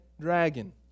dragon